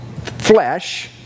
Flesh